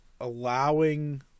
allowing